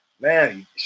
Man